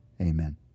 Amen